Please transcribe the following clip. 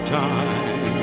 time